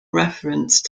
reference